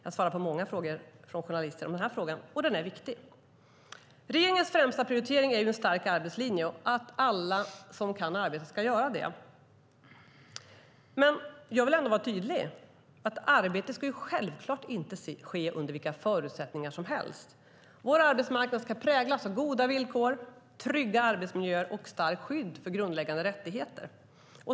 Jag svarar på många frågor från journalister om den här frågan, som är viktig. Regeringens främsta prioritering är en stark arbetslinje och att alla som kan arbeta ska göra det. Men jag vill ändå vara tydlig med att arbetet självklart inte ska ske under vilka förutsättningar som helst. Vår arbetsmarknad ska präglas av goda villkor, trygga arbetsmiljöer och starkt skydd för grundläggande rättigheter.